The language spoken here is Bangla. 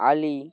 আলি